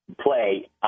play